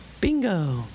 Bingo